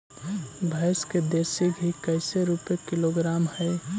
भैंस के देसी घी कैसे रूपये किलोग्राम हई?